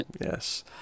Yes